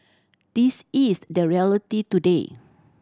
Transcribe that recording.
this is the reality today